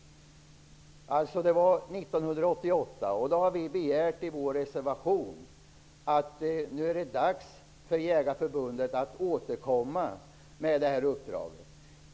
Det var alltså 1988, och vi har i vår reservation begärt att det nu är dags för Jägareförbundet att återkomma med det här uppdraget.